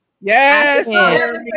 yes